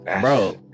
Bro